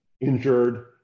injured